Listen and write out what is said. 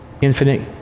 infinite